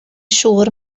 siŵr